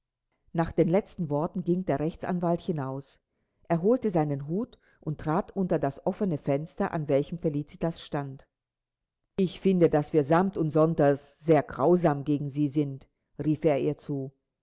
nach den letzten worten ging der rechtsanwalt hinaus er holte seinen hut und trat unter das offene fenster an welchem felicitas stand ich finde daß wir samt und sonders sehr grausam gegen sie sind rief er ihr zu